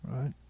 right